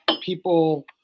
people